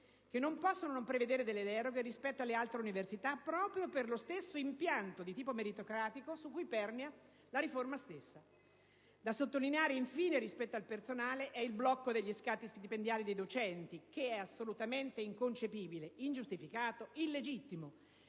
che non possono non prevedere delle deroghe rispetto alle altre università proprio per l'impianto di tipo meritocratico della riforma stessa. Da sottolineare infine rispetto al personale è il blocco degli scatti stipendiali dei docenti, che è assolutamente inconcepibile, ingiustificato ed illegittimo